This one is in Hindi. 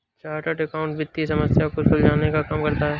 चार्टर्ड अकाउंटेंट वित्तीय समस्या को सुलझाने का काम करता है